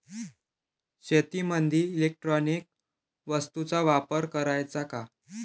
शेतीमंदी इलेक्ट्रॉनिक वस्तूचा वापर कराचा का?